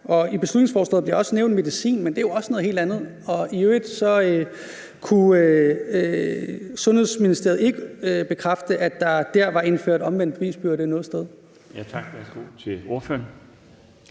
I beslutningsforslaget bliver der også nævnt medicin, men det er jo også noget helt andet. Og i øvrigt kunne Sundhedsministeriet ikke bekræfte, at der dér var indført omvendt bevisbyrde noget sted.